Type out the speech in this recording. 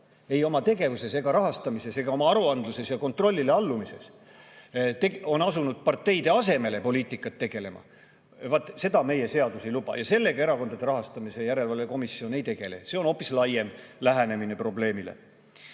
ei oma tegevuses, rahastamises ega oma aruandluses ega allu kontrollile, on asunud parteide asemele poliitikat tegema, meie seadus ei luba. Ja sellega Erakondade Rahastamise Järelevalve Komisjon ei tegele. See on hoopis laiem lähenemine probleemile.